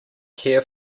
care